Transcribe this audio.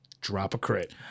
Drop-A-Crit